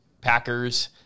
Packers